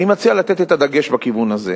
אני מציע לתת את הדגש בכיוון הזה.